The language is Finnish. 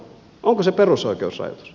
onko se perusoikeusrajoitus